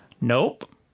Nope